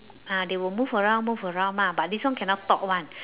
ah they will move around move around lah but this one cannot talk one